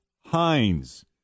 heinz